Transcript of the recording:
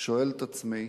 שואל את עצמי,